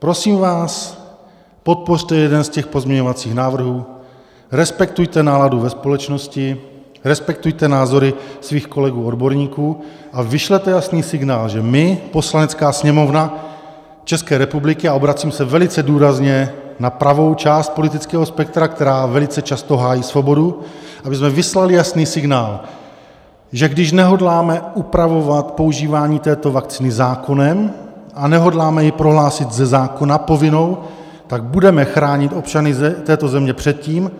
Prosím vás, podpořte jeden z těch pozměňovacích návrhů, respektujte náladu ve společnosti, respektujte názory svých kolegů odborníků a vyšlete jasný signál, že my, Poslanecká sněmovna České republiky a obracím se velice důrazně na pravou část politického spektra, která velice často hájí svobodu, abychom vyslali jasný signál, že když nehodláme upravovat používání této vakcíny zákonem a nehodláme ji prohlásit ze zákona povinnou, tak budeme chránit občany této země před tím,